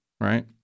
right